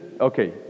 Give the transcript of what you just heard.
okay